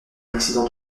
accident